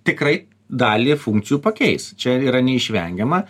tikrai dalį funkcijų pakeis čia yra neišvengiama